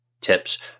tips